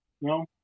no